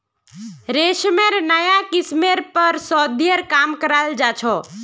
रेशमेर नाया किस्मेर पर शोध्येर काम कराल जा छ